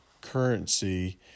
currency